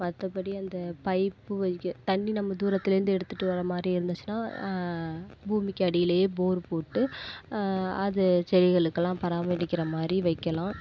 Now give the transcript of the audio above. மற்றபடி அந்த பைப்பு வைக்க தண்ணி நம்ம தூரத்துலேருந்து எடுத்துகிட்டு வர்றமாதிரி இருந்துச்சுனால் பூமிக்கு அடியிலேயே போர் போட்டு அது செடிகளுக்கு எல்லாம் பராமரிக்கிறமாதிரி வைக்கலாம்